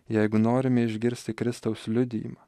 jeigu norime išgirsti kristaus liudijimą